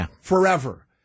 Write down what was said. forever